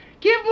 give